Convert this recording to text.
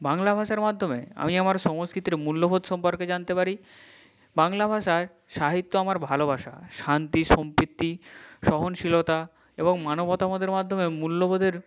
বাংলা ভাষার মাদ্যমে আমি আমার সংস্কিতির মূল্যবোধ সম্পর্কে জানতে পারি বাংলা ভাষায় সাহিত্য আমার ভালোবাসা শান্তি সম্প্রীতি সহনশীলতা এবং মানবতাবাদের মাধ্যমে মূল্যবোধের